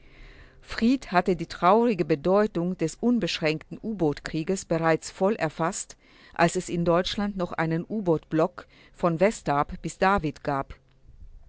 fried hatte die traurige bedeutung des unbeschränkten u-boot-krieges bereits voll erfaßt als es in deutschland noch einen u-boot-block von westarp bis david gab